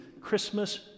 Christmas